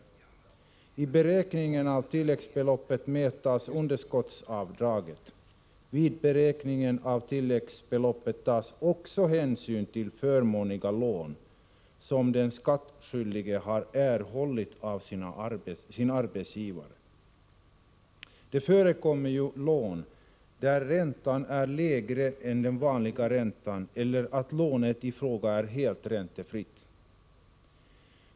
Vid beräkningen av tilläggsbeloppet medtas underskottsavdrag. Vid beräkningen av tilläggsbeloppet tas också hänsyn till förmånliga lån som den skattskyldige har erhållit av sin arbetsgivare. Det förekommer ju lån där räntan är lägre än den vanliga räntan eller att lånet i fråga är helt räntefritt.